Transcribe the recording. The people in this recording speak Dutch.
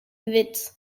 wit